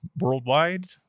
worldwide